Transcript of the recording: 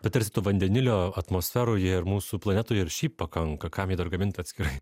bet tars to vandenilio atmosferoje ir mūsų planetoje ir šaip pakanka kam jį dar gamint atskirai